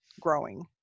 growing